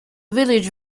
village